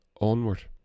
onward